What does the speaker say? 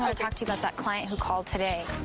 um talk to you about that client who called today.